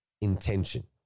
intention